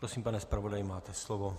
Prosím, pane zpravodaji, máte slovo.